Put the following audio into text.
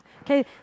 okay